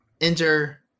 enter